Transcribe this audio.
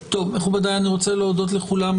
מכובדיי, אני רוצה להודות לכולם.